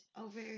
over